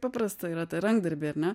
paprasta yra tie rankdarbiai ar ne